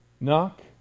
knock